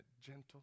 gentle